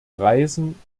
reisen